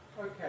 okay